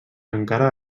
encara